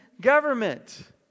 government